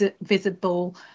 visible